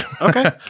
Okay